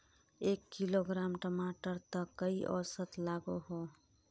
एक किलोग्राम टमाटर त कई औसत लागोहो?